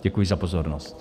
Děkuji za pozornost.